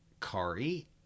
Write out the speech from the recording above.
Kari